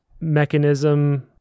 mechanism